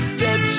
dead